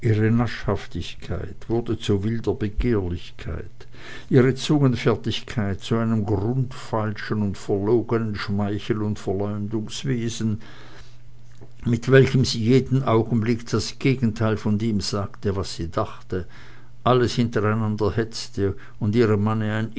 ihre naschhaftigkeit wurde zu wilder begehrlichkeit ihre zungenfertigkeit zu einem grundfalschen und verlogenen schmeichel und verleumdungswesen mit welchem sie jeden augenblick das gegenteil von dem sagte was sie dachte alles hintereinanderhetzte und ihrem eigenen manne